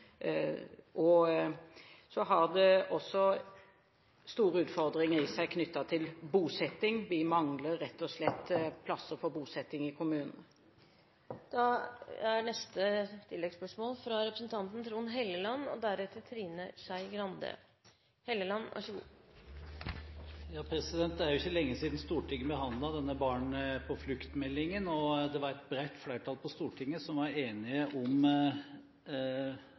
Så er det også store utfordringer knyttet til bosetting. Vi mangler rett og slett plasser for bosetting i kommunene. Trond Helleland – til oppfølgingsspørsmål. Det er jo ikke lenge siden Stortinget behandlet denne barn på flukt-meldingen, og det var et bredt flertall på Stortinget som var enige om